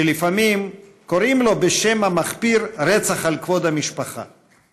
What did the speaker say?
שלפעמים קוראים לו בשם המחפיר "רצח על כבוד המשפחה";